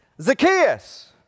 Zacchaeus